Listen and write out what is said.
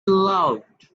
loved